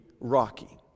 rocky